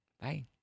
Bye